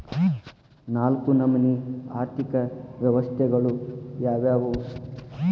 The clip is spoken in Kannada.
ನಾಲ್ಕು ನಮನಿ ಆರ್ಥಿಕ ವ್ಯವಸ್ಥೆಗಳು ಯಾವ್ಯಾವು?